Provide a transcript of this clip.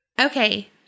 Okay